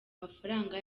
mafaranga